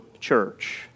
church